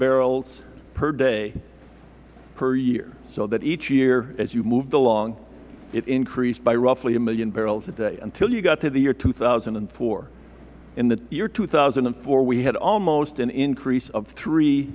barrels per day per year so that each year as you moved along it increased by roughly a million barrels a day until you got to the year two thousand and four in the year two thousand and four we had almost an increase of three